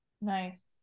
nice